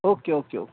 okay okay okay